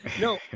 no